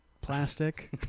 plastic